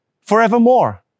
forevermore